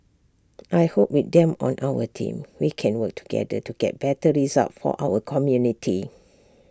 I hope with them on our team we can work together to get better results for our community